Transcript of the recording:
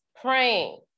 praying